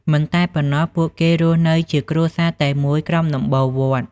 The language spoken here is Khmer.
មិនតែប៉ុណ្ណោះ ពួកគេរស់នៅជាគ្រួសារតែមួយក្រោមដំបូលវត្ត។